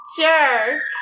jerk